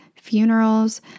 funerals